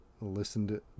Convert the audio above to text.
listened